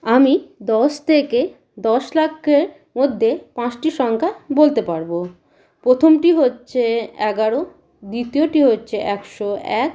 আমি দশ থেকে দশ লাখের মধ্যে পাঁচটি সংখ্যা বলতে পারব প্রথমটি হচ্ছে এগারো দ্বিতীয়টি হচ্ছে একশো এক